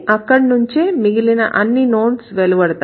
అక్కడ నుండే మిగిలిన అన్ని నోడ్స్ వెలువడతాయి